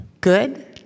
good